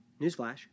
newsflash